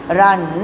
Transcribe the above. run